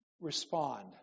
respond